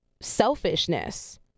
selfishness